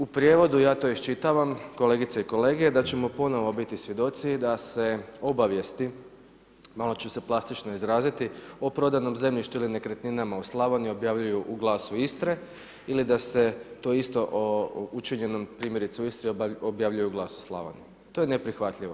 U prijevodu ja to iščitavam kolegice i kolege da ćemo ponovo biti svjedoci da se obavijesti, malo ću se plastično izraziti, o prodanom zemljištu ili nekretninama u Slavoniji objavljuju u Glasu Istre ili da se to isto o učinjenom primjerice u Istri objavljuje u Glasu Slavonije, to je neprihvatljivo.